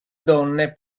donne